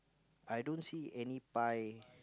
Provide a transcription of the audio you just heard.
I don't see any pie